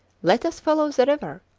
let us follow the river,